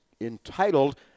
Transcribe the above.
entitled